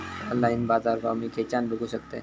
Online बाजारभाव मी खेच्यान बघू शकतय?